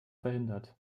verhindert